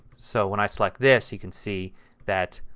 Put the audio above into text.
so when i select this you can see that